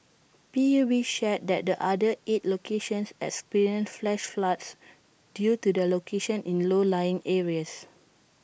P U B shared that the other eight locations experienced flash floods due to their locations in low lying areas